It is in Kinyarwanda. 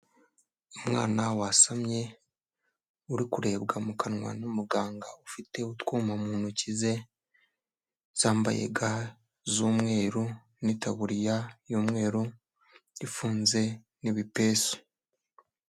Umwana wasamye uri kurebwa mu kanwa n'umuganga ufite utwuma mu ntoki ze zambaye ga z'umweru n'itaburiya y'umweru ifunze n'ibipesu.